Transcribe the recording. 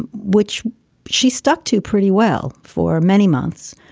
which she stuck to pretty well for many months.